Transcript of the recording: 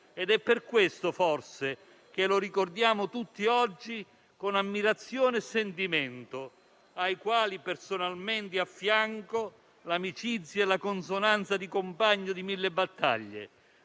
È per questo, forse, che lo ricordiamo tutti oggi con ammirazione e sentimento, ai quali personalmente affianco l'amicizia e la consonanza di compagno di mille battaglie,